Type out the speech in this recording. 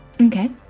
Okay